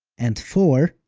and four,